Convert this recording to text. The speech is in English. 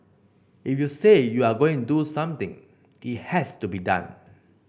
if you say you are going do something it has to be done